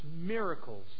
miracles